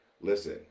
Listen